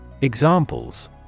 Examples